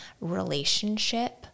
relationship